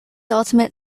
ultimate